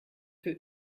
für